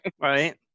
Right